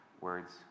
words